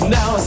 Now